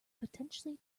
potentially